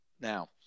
now